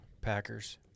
Packers